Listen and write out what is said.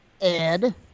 Ed